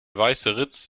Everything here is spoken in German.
weißeritz